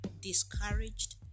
discouraged